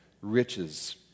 riches